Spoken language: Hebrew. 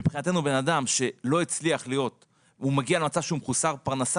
מבחינתנו בן אדם שלא הצליח והוא מגיע למצב שהוא מחוסר פרנסה,